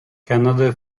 canada